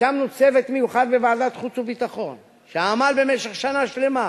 הקמנו צוות מיוחד בוועדת החוץ והביטחון שעמל במשך שנה שלמה,